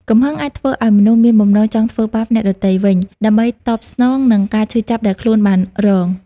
កំហឹងអាចធ្វើឲ្យមនុស្សមានបំណងចង់ធ្វើបាបអ្នកដទៃវិញ ដើម្បីតបស្នងនឹងការឈឺចាប់ដែលខ្លួនបានរង។